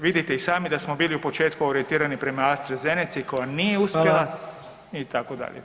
Vidite i sami da smo bili u početku orijentirani prema AstraZeneci koja nije uspjela [[Upadica: Hvala.]] itd., itd.